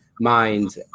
mind